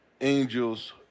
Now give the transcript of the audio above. angels